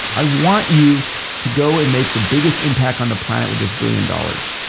i want you to go and make the biggest impact on the planet with this billion dollars,